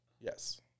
Yes